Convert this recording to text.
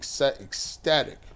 ecstatic